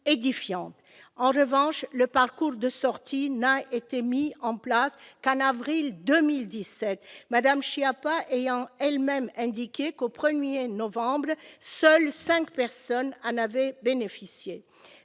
en revanche, le parcours de sortie n'a été mis en place, Cannes, avril 2017 madame Schiappa ayant elle-même indiqué qu'au 1er novembre le sol 5 personnes en avaient bénéficié,